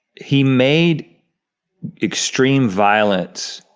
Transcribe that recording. he made extreme violence,